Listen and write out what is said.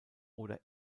oder